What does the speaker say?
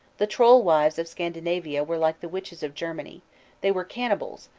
the troll-wives of scandinavia were like the witches of germany they were cannibals,